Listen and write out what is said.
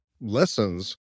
lessons